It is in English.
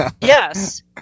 Yes